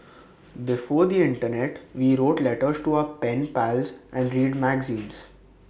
before the Internet we wrote letters to our pen pals and read magazines